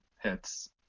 hits